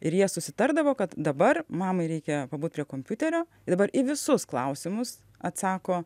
ir jie susitardavo kad dabar mamai reikia pabūt prie kompiuterio dabar į visus klausimus atsako